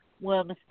worms